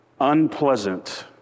unpleasant